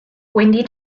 wendy